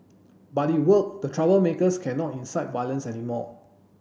but it worked the troublemakers cannot incite violence anymore